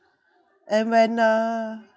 and when a